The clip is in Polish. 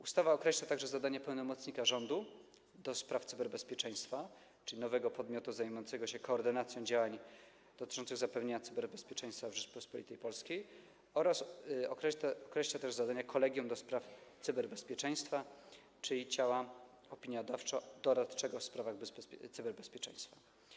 Ustawa określa także zadania pełnomocnika rządu ds. cyberbezpieczeństwa, czyli nowego podmiotu zajmującego się koordynacją działań dotyczących zapewnienia cyberbezpieczeństwa w Rzeczypospolitej Polskiej, określa też zadania kolegium ds. cyberbezpieczeństwa, czyli ciała opiniodawczo-doradczego w sprawach cyberbezpieczeństwa.